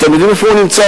אתם יודעים איפה הוא נמצא?